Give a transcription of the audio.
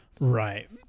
right